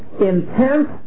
Intense